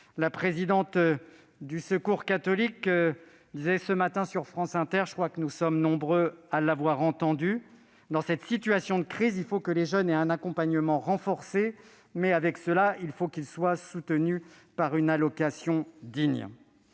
La présidente du Secours catholique Véronique Fayet le disait ce matin sur France Inter- nous sommes nombreux à l'avoir entendue -:« Dans cette situation de crise, il faut que les jeunes aient un accompagnement renforcé [...], mais avec cela il faut qu'ils soient soutenus par une allocation digne.